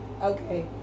Okay